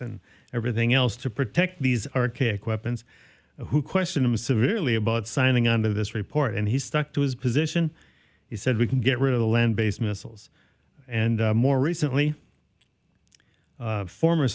and everything else to protect these archaic weapons who questioned him severely about signing on to this report and he stuck to his position he said we can get rid of the land based missiles and more recently former